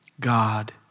God